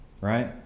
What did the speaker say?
right